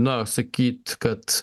na sakyt kad